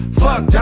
fuck